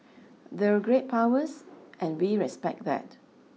they're great powers and we respect that